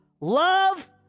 Love